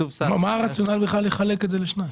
מה הרציונל לחלק את זה לשניים?